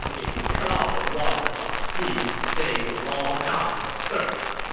if we cut off the water upstream, they will all die of thirst.